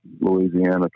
Louisiana